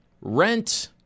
rent